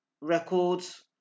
records